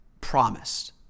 promised